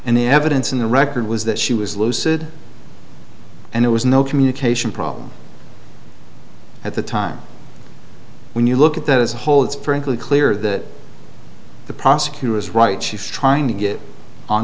and the evidence in the record was that she was lucid and it was no communication problem at the time when you look at that as a whole it's frankly clear that the prosecutor is right she's trying to get on